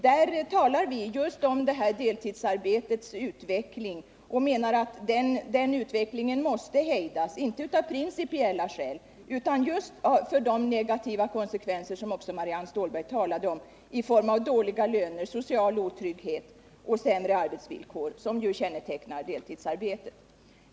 Där talar vi om just det här deltidsarbetets utveckling och menar att den utvecklingen måste hejdas, inte av principiella skäl utan på grund av de negativa konsekvenser som också Marianne Stålberg talade om i form av dåliga löner, social otrygghet och sämre arbetsvillkor, som ju kännetecknar deltidsarbetet.